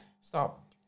Stop